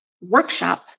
workshop